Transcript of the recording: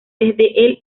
desde